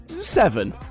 seven